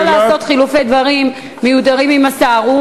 לא לעשות חילופי דברים מיותרים עם השר.